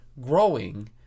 growing